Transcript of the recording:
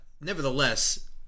nevertheless